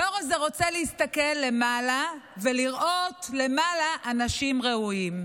הדור הזה רוצה להסתכל למעלה ולראות למעלה אנשים ראויים,